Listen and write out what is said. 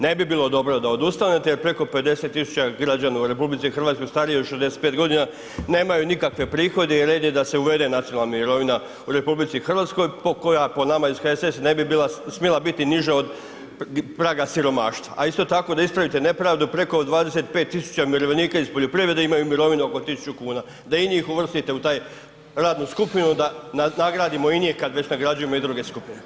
Ne bi bilo dobro da odustanete jer preko 50 000 građana u RH starije od 65 nemaju nikakve prihode i red je da se uvede nacionalna mirovina u RH koja po nama iz HSS-a ne bi smjela biti niža od praga siromaštva a isto tako da ispravite nepravdu preko 25 000 umirovljenika iz poljoprivrede imaju mirovinu oko 1000 kn, da i njih uvrstite u tu radnu skupinu da nagradimo i njih kad već nagrađujemo i druge skupine, hvala.